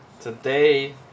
Today